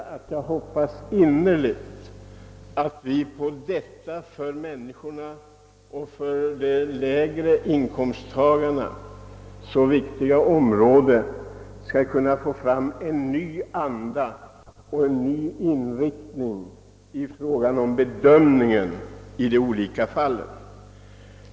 Vidare hoppas jag innerligt att vi på detta för speciellt de lägre inkomsttagarna så viktiga område skall lyckas skapa en ny anda och inriktning vid bedömningen av de olika fallen.